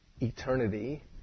eternity